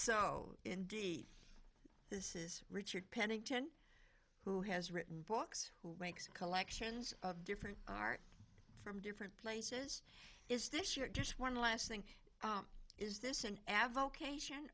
so indeed this is richard pennington who has written books who makes collections of different art and different places is this you're just one last thing is this an avocation